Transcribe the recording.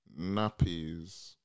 nappies